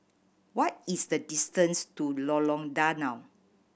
what is the distance to Lorong Danau